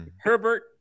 Herbert